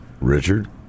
Richard